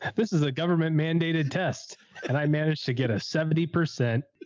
and this is a government mandated test and i managed to get a seventy percent